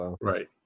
Right